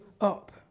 up